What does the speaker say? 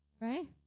right